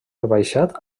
rebaixat